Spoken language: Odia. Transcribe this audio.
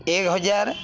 ଏକ ହଜାର